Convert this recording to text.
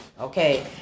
Okay